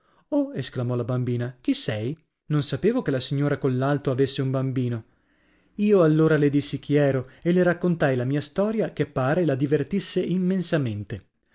oh esclamò la bambina chi sei non sapevo che la signora collalto avesse un bambino io allora le dissi chi ero e le raccontai la mia storia che pare la divertisse immensamente